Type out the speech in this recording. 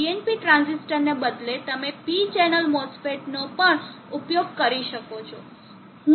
PNP ટ્રાંઝિસ્ટરને બદલે તમે P ચેનલ MOSFET નો પણ ઉપયોગ કરી શકો છો